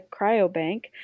cryobank